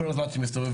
וכל הזמן שמסתובבים,